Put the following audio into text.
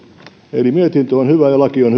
eli mietintö on hyvä ja laki on